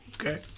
Okay